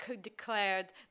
declared